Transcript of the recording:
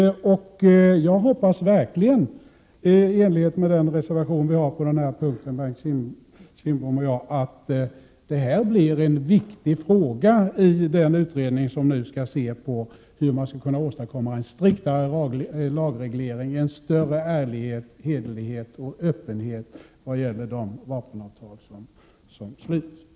Jag hoppas verkligen, i enlighet med den reservation som Bengt Kindbom och jag har avgivit på den här punkten, att detta blir en viktig fråga att ta ställning till för den utredning som skall studera hur man skall åstadkomma en striktare lagreglering, en större ärlighet, hederlighet och öppenhet såvitt gäller de vapenavtal som kommer att slutas.